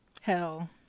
hell